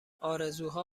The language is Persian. آرزوها